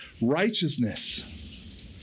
righteousness